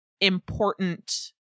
important